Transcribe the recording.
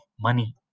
money